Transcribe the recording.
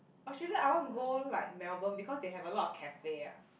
Australia I want to go like Melbourne because they have a lot of cafe ah